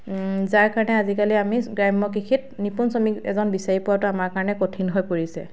যাৰ কাৰণে আমি আজিকালি গ্ৰাম্য কৃষিত নিপুন শ্ৰমিক এজন বিচাৰি পোৱাটো আমাৰ কাৰণে কঠিন হৈ পৰিছে